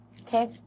okay